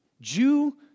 Jew